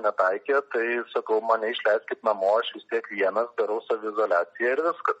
netaikė tai sakau mane išleiskit namo aš vis tiek vienas darau saviizoliaciją ir viskas